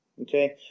Okay